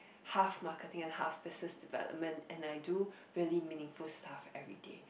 half marketing and half business development and I do really meaningful stuff everyday